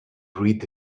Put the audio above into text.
breathed